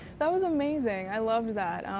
that was amazing, i loved that.